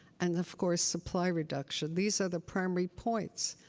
and of course, supply reduction. these are the primary points.